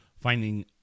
finding